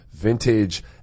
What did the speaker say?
Vintage